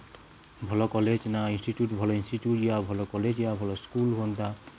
ଭଲ କଲେଜ୍ ନା ଇଷ୍ଟିଚୁୟୁଟ୍ ଭଲ ଇନ୍ଷ୍ଟିଚ୍ୟୁଟ୍ ଇଆ ଭଲ କଲେଜ୍ ଇଆ ଭଲ ସ୍କୁଲ୍ ହୁଅନ୍ତା